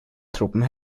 truppen